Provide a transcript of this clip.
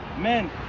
Men